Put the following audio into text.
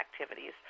activities